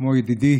כמו ידידי